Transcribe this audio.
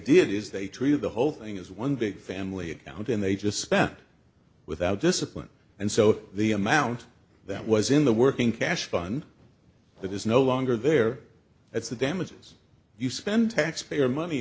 did is they treated the whole thing as one big family accounting they just spent without discipline and so the amount that was in the working cash fun that is no longer there that's the damages you spend taxpayer money